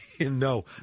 No